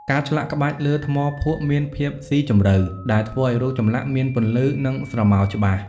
ការឆ្លាក់ក្បាច់លើថ្មភក់មានភាពស៊ីជម្រៅ ដែលធ្វើឱ្យរូបចម្លាក់មានពន្លឺ និងស្រមោលច្បាស់។